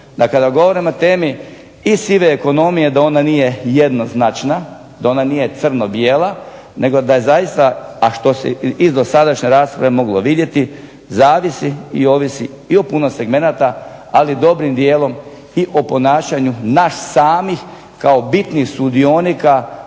Da kada govorim o temi i sive ekonomije, da ona nije jednoznačna, da ona nije crno-bijela, nego da zaista, a što se iz dosadašnje rasprave moglo vidjeti, zavisi i ovisi i o puno segmenata, ali dobrim dijelom i o ponašanju nas samih kao bitnih sudionika tog